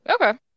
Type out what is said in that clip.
Okay